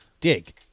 Dig